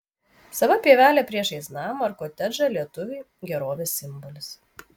sava pievelė priešais namą ar kotedžą lietuviui gerovės simbolis